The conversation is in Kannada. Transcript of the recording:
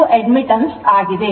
ಇದು admittance ಆಗಿದೆ